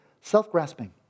self-grasping